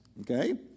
okay